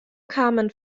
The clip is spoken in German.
carmen